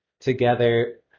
together